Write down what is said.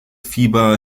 fieber